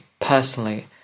personally